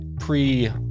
pre-